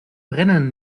brennen